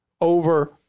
over